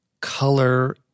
color